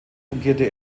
fungierte